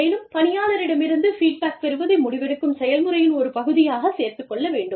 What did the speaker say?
மேலும் பணியாளரிடமிருந்து ஃபீட்பேக் பெறுவதை முடிவெடுக்கும் செயல்முறையின் ஒரு பகுதியாகச் சேர்த்துக் கொள்ள வேண்டும்